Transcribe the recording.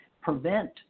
prevent